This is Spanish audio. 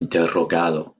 interrogado